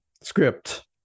script